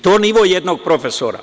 to nivo jednog profesora.